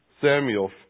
Samuel